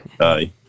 Aye